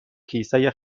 کیسه